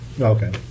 Okay